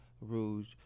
rouge